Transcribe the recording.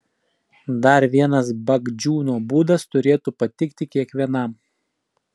dar vienas bagdžiūno būdas turėtų patikti kiekvienam